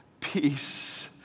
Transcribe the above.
peace